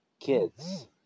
kids